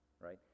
right